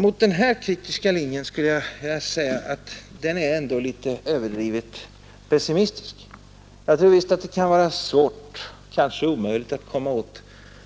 Mot denna kritiska linje vill jag säga att den ändå är överdrivet pessimistisk. Jag tror visst att det kan vara svårt och kanske omöjligt att komma åt